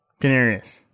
Daenerys